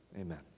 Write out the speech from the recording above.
amen